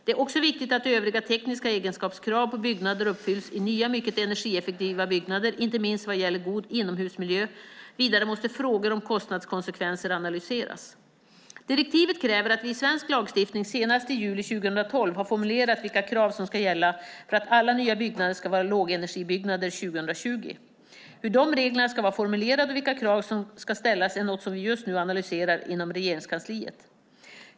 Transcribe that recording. Det är också viktigt att övriga tekniska egenskapskrav på byggnader uppfylls i nya, mycket energieffektiva byggnader inte minst vad gäller god inomhusmiljö. Vidare måste frågor om kostnadskonsekvenser analyseras. Direktivet kräver att vi i svensk lagstiftning senast i juli 2012 har formulerat vilka krav som ska gälla för att alla nya byggnader ska vara lågenergibyggnader 2020. Hur de reglerna ska vara formulerade och vilka krav som ska ställas är något som vi just nu analyserar inom Regeringskansliet.